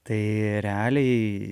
tai realiai